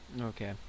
Okay